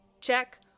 Check